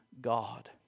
God